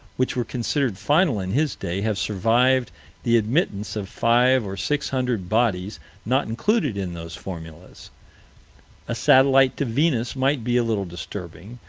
which were considered final in his day, have survived the admittance of five or six hundred bodies not included in those formulas a satellite to venus might be a little disturbing,